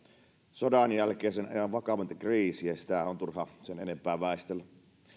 sodanjälkeisen ajan vakavinta kriisiä sitä on turha sen enempää väistellä